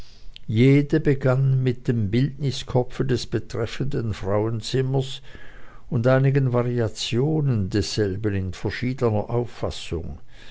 jede begann mit dem bildniskopfe des betreffenden frauenzimmers und einigen variationen desselben in verschiedener auffassung